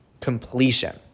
completion